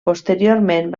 posteriorment